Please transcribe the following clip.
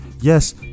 Yes